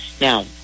Now